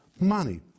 money